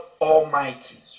Almighty